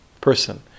person